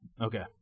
okay